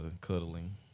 cuddling